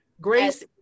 Grace